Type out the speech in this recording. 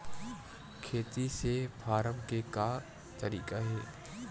खेती से फारम के का तरीका हे?